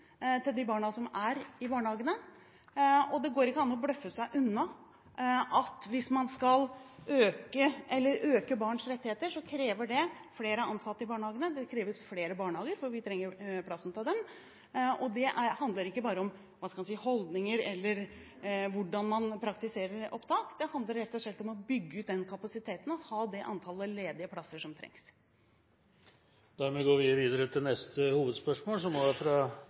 til de barna som er i barnehagene. Det går ikke an å bløffe seg unna at hvis man skal øke barns rettigheter, krever det flere ansatte i barnehagene. Det kreves flere barnehager, for vi trenger jo plass til dem. Det handler ikke bare om holdninger eller hvordan man praktiserer opptak. Det handler rett og slett om å bygge ut den kapasiteten og ha det antallet ledige plasser som trengs. Vi går videre til neste hovedspørsmål. Mitt spørsmål går til kunnskapsministeren. Så synes jeg det er